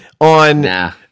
on